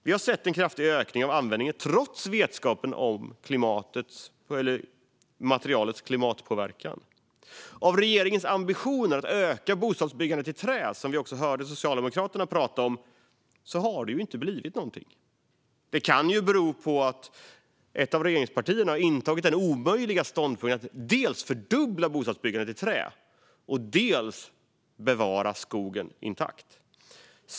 Trots vetskapen om materialets klimatpåverkan har vi sett en kraftig ökning av användningen. Av regeringens ambitioner att öka bostadsbyggandet i trä, som vi också hörde Socialdemokraterna prata om, har det inte blivit någonting. Det kan bero på att ett av regeringspartierna har intagit den omöjliga ståndpunkten att dels vilja fördubbla bostadsbyggandet i trä, dels vilja bevara skogen intakt.